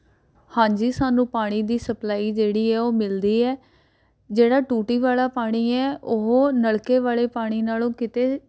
ਹਾਂਜੀ ਸਾਨੂੰ ਪਾਣੀ ਦੀ ਸਪਲਾਈ ਜਿਹੜੀ ਹੈ ਉਹ ਮਿਲਦੀ ਹੈ ਜਿਹੜਾ ਟੂਟੀ ਵਾਲਾ ਪਾਣੀ ਹੈ ਉਹ ਨਲ਼ਕੇ ਵਾਲੇ ਪਾਣੀ ਨਾਲੋਂ ਕਿਤੇ